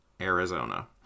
Arizona